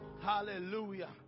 Hallelujah